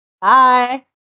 Bye